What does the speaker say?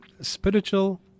spiritual